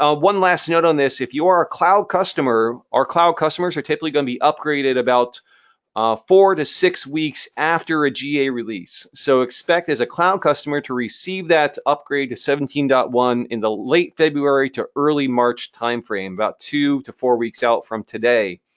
ah one last note on this. if you're a cloud customer, our cloud customers are typically going to be upgraded about ah four to six weeks after a ga release. so expect as a cloud customer to receive that upgrade to seventeen point one in the late february to early march timeframe, about two to four weeks out from today.